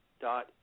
dot